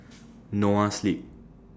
Noa Sleep